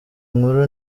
nkuru